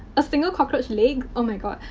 a single cockroach leg. oh my god.